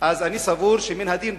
אני סבור שמן הדין,